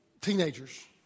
teenagers